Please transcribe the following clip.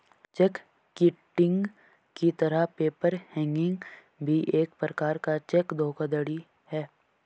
check kiting की तरह paper hanging भी एक प्रकार का चेक धोखाधड़ी है